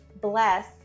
bless